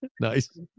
Nice